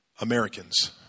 Americans